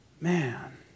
Man